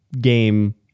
game